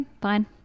fine